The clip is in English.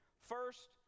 First